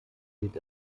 geht